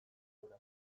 ardura